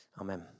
Amen